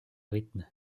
rythme